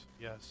yes